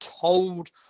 told